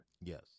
Yes